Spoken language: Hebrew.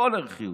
כל ערך יהודי,